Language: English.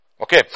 Okay